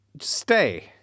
Stay